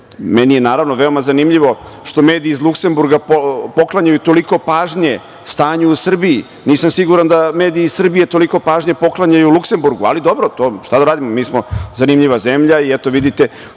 je naravno veoma zanimljivo što mediji iz Luksemburga poklanjaju toliko pažnje stanju u Srbiji. Nisam siguran da mediji iz Srbije toliko pažnje poklanjaju Luksemburgu, ali dobro, šta da radimo, mi smo zanimljiva zemlja i eto, vidite